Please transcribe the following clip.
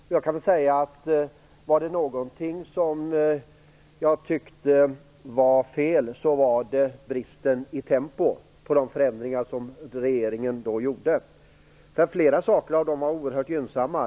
Om någonting var fel var det bristen på tempo i de förändringar som regeringen då gjorde. Flera sådana åtgärder var oerhört gynnsamma.